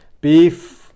Beef